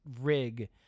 rig